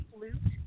Flute